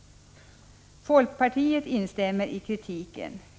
Folkpartiet instämmer i kritiken.